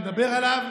ואני אדבר עליו,